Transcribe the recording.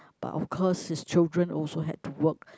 but of course his children also had to work